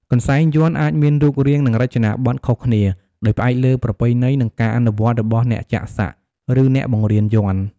កន្សែងយ័ន្តអាចមានរូបរាងនិងរចនាប័ទ្មខុសគ្នា ដោយផ្អែកលើប្រពៃណី និងការអនុវត្តន៍របស់អ្នកចាក់សាក់ ឬអ្នកបង្រៀនយ័ន្ត។